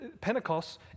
Pentecost